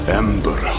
ember